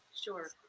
Sure